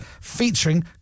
featuring